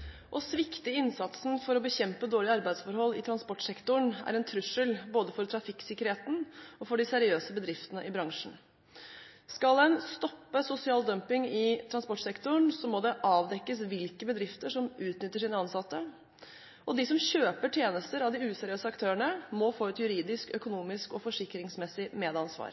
for de seriøse bedriftene i bransjen. Skal en stoppe sosial dumping i transportsektoren, må det avdekkes hvilke bedrifter som utnytter sine ansatte, og de som kjøper tjenester av de useriøse aktørene, må få et juridisk, økonomisk og forsikringsmessig medansvar.